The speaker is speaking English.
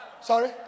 Sorry